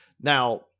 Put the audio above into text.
Now